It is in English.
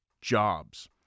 Jobs